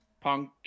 punk